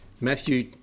Matthew